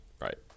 right